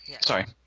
Sorry